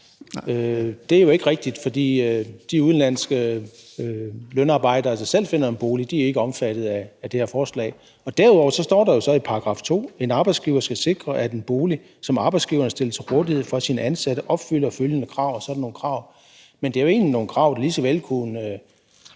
Det er jo ikke rigtigt, for de udenlandske lønarbejdere, der selv finder en bolig, er ikke omfattet af det her forslag. Derudover står der jo i § 2, at en arbejdsgiver skal sikre, at en bolig, som arbejdsgiveren har stillet til rådighed for sine ansatte, opfylder følgende krav, og så er der nogle krav. Men det er jo egentlig nogle krav, der lige så vel kunne